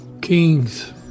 King's